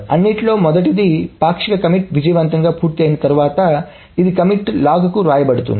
అన్నింటిలో మొదటిదిపాక్షిక కమిట్ విజయవంతంగా పూర్తయిన తర్వాత ఇది కమిట్ T లాగ్కు వ్రాయబడుతుంది